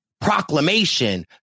proclamation